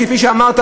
כפי שאמרת,